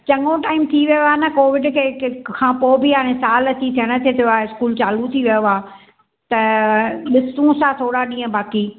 चङो टाइम थी वियो आहे न कोविड खे खां पोइ बि हाणे सालु अची थियण ते थियो आहे स्कूल चालू थी वियो आहे त ॾिसूंता थोरा ॾींहं बाकी